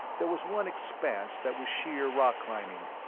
there was one expanse that was sheer rock-climbing,